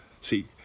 See